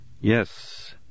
Yes